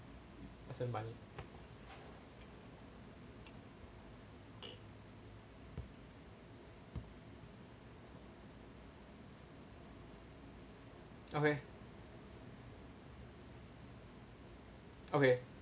accept money okay okay